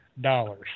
dollars